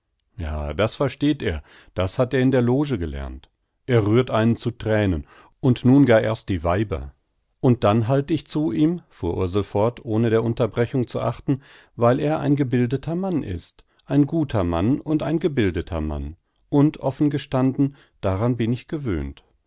ja das versteht er das hat er in der loge gelernt er rührt einen zu thränen und nun gar erst die weiber und dann halt ich zu ihm fuhr ursel fort ohne der unterbrechung zu achten weil er ein gebildeter mann ist ein guter mann und ein gebildeter mann und offen gestanden daran bin ich gewöhnt